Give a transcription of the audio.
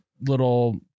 little